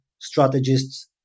strategists